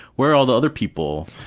where are all the other people?